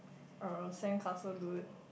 uh sandcastle dude